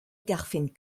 garfen